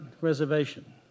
reservation